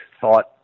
thought